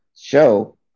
show